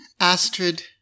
Astrid